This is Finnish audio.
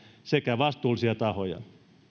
sekä vastuullisia tahoja